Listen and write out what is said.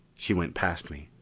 she went past me,